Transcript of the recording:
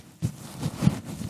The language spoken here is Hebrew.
בבקשה.